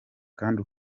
kandi